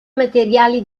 materiali